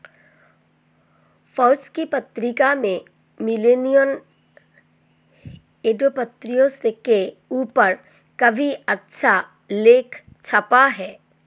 Forbes की पत्रिका में मिलेनियल एंटेरप्रेन्योरशिप के ऊपर काफी अच्छा लेख छपा है